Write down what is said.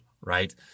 right